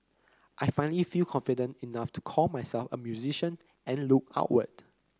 I finally feel confident enough to call myself a musician and look outward